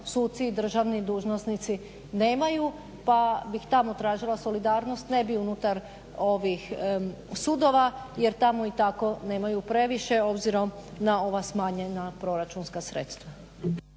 suci i državni dužnosnici nemaju pa bih tamo tražila solidarnost, ne bi unutar sudova jer tamo i tako nemaju previše obzirom na ova smanjena proračunska sredstva.